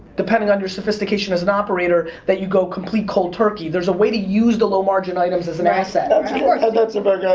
depending on your sophistication as an operator, that you go complete cold turkey. there's a way to use the low-margin items as an asset. that's a very good